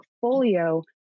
portfolio